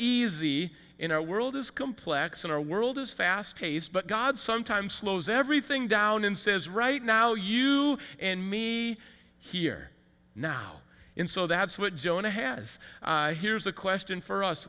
easy in our world is complex in our world is fast paced but god sometimes slows everything down and says right now you and me here now in so that's what jonah has here's a question for us